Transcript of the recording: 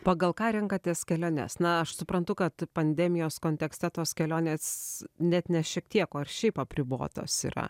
pagal ką renkatės keliones na aš suprantu kad pandemijos kontekste tos kelionės net ne šiek tiek o ir šiaip apribotos yra